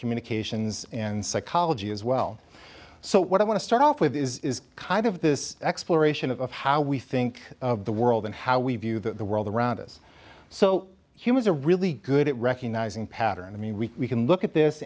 communications and psychology as well so what i want to start off with is kind of this exploration of how we think of the world and how we view the world around us so humans are really good at recognizing patterns i mean we can look at this